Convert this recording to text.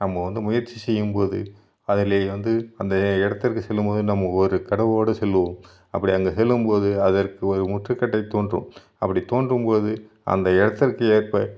நம்ம வந்து முயற்சி செய்யும்போது அதிலே வந்து அந்த இடத்திற்கு செல்லும்போது நம்ம ஒரு கனவோடு செல்லுவோம் அப்படி அங்கு செல்லும்போது அதற்கு ஒரு முற்றுக்கட்டை தோன்றும் அப்படி தோன்றும் போது அந்த இடத்திற்கு ஏற்ப